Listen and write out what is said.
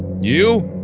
you?